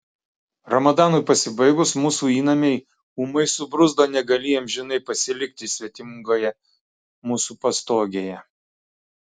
ramadanui pasibaigus mūsų įnamiai ūmai subruzdo negalį amžinai pasilikti svetingoje mūsų pastogėje